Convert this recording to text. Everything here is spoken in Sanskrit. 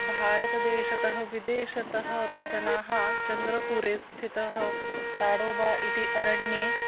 भारतदेशतः विदेशतः अपि जनाः चन्द्रपुरे स्थितः ताडोबा इति अरण्ये